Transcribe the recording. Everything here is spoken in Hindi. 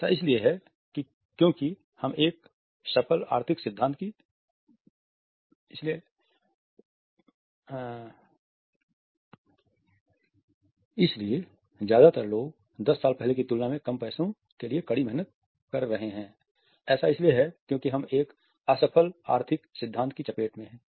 ऐसा इसलिए है क्योंकि हम एक असफल आर्थिक सिद्धांत की चपेट में हैं